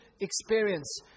experience